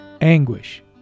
anguish